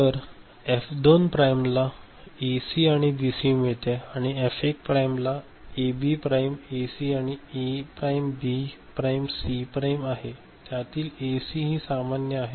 तर एफ 2 प्राइमला ला एसी आणि बीसी मिळते आणि एफ 1 ला एबी प्राइम एसी आणि A prime B prime C prime आहे आणि त्यातील एसी ही सामान्य आहे